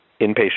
inpatient